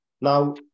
Now